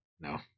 No